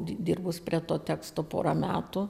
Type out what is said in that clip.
dirbus prie to teksto porą metų